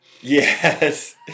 Yes